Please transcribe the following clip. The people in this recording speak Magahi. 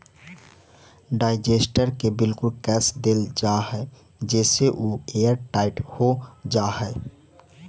डाइजेस्टर के बिल्कुल कस देल जा हई जेसे उ एयरटाइट हो जा हई